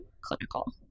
clinical